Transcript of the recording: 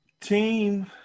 team